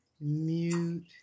mute